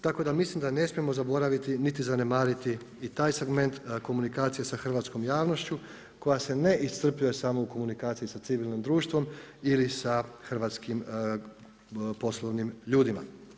Tako da mislim da ne smijemo zaboraviti niti zanemariti i taj segment komunikacije sa hrvatskom javnošću koja se ne iscrpljuje samo u komunikaciji sa civilnim društvom ili sa hrvatskim poslovnim ljudima.